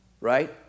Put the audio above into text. right